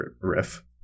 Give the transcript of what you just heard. riff